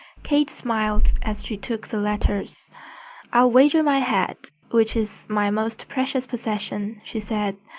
kate smiled as she took the letters i'll wager my hat, which is my most precious possession, she said,